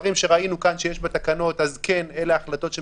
הדבר הנכון היה ללכת למודל של מרץ 30% מגזר פרטי עובד,